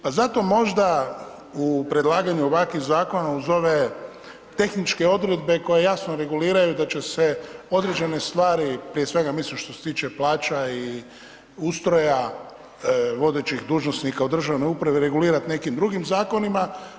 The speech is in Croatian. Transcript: Pa zato možda u predlaganju ovakvih zakona uz ove tehničke odredbe koje jasno reguliraju da će se određene stvari, prije svega mislim što se tiče plaća i ustroja vodećih dužnosnika u državnoj upravi, regulirat nekim drugim zakonima.